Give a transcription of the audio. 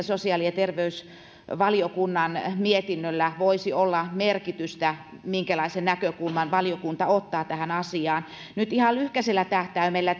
sosiaali ja terveysvaliokunnan mietinnöllä voisi olla merkitystä sillä minkälaisen näkökulman valiokunta ottaa tähän asiaan nyt ihan lyhkäisellä tähtäimellä